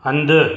हंधि